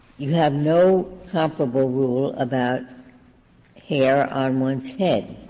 you have no comparable rule about hair on one's head,